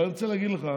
אבל אני רוצה להגיד לך,